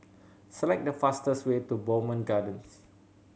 select the fastest way to Bowmont Gardens